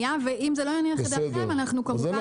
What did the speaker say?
אם זה לא יניח את דעתכם --- בסדר.